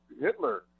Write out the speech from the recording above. Hitler